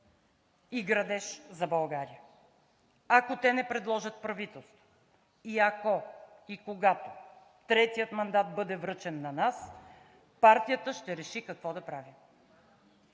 и градеж за България. Ако те не предложат правителство и ако и когато третият мандат бъде връчен на нас, партията ще реши какво да правим.